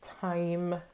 time